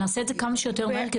נעשה את זה כמה שיותר מהר,